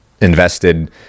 invested